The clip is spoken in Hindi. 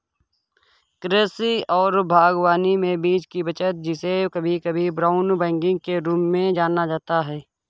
कृषि और बागवानी में बीज की बचत जिसे कभी कभी ब्राउन बैगिंग के रूप में जाना जाता है